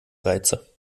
reize